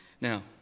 Now